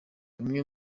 bumwe